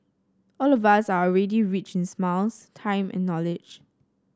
all of us are already rich in smiles time and knowledge